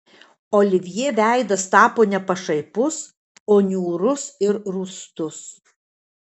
olivjė veidas tapo ne pašaipus o niūrus ir rūstus